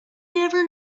never